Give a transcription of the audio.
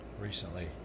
recently